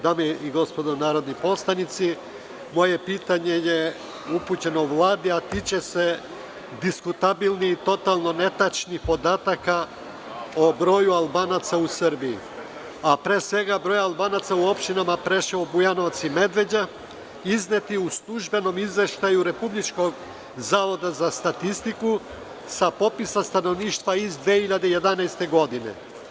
Dame i gospodo narodni poslanici, moje pitanje je upućeno Vladi, a tiče se diskutabilnih i totalno netačnih podataka o broju Albanaca u Srbiji, a pre svega broj Albanaca u opštinama Preševo, Bujanovac i Medveđa izneti u službenom izveštaju Republičkog zavoda za statistiku sa popisa stanovništva iz 2011. godine.